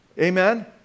Amen